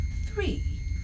Three